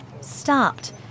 stopped